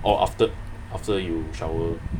or after after you shower